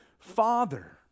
Father